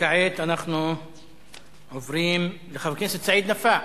כעת אנחנו עוברים לחבר הכנסת סעיד נפאע.